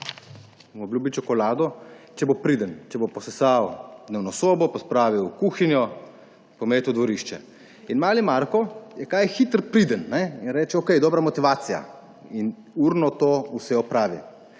obljubi čokolado, če bo priden, če bo posesal dnevno sobo, pospravil v kuhinjo, pometel dvorišče. Mali Marko je kaj hitro priden, češ, okej, dobra motivacija, in urno to vse opravi.